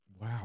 Wow